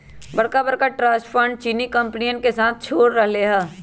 बड़का बड़का trust funds चीनी कंपनियन के साथ छोड़ रहले है